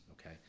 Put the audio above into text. okay